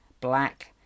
Black